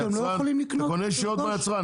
אתה קונה ישירות מהיצרן.